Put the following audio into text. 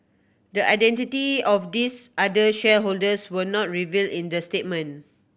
the identity of these other shareholders were not revealed in the statement